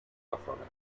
razones